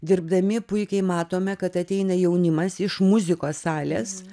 dirbdami puikiai matome kad ateina jaunimas iš muzikos salės